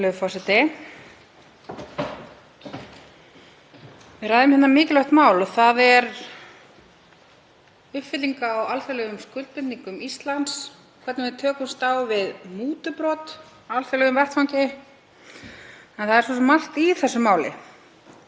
Við ræðum hér mikilvægt mál. Það er uppfylling á alþjóðlegum skuldbindingum Íslands, hvernig við tökumst á við mútubrot á alþjóðlegum vettvangi. Það er margt í þessu máli,